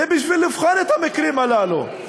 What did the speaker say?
זה בשביל לבחון את המקרים הללו.